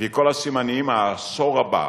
לפי כל הסימנים, העשור הבא